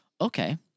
Okay